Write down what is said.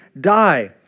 die